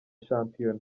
shampiyona